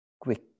quick